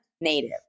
native